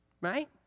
Right